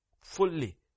Fully